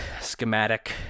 schematic